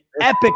epic